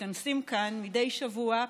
מתכנסים כאן מדי שבוע,